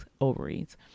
ovaries